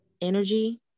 energy